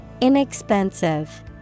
Inexpensive